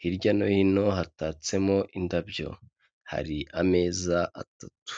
hirya no hino hatatsemo indabyo, hari ameza atatu.